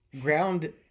ground